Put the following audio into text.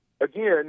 again –